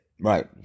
right